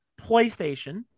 PlayStation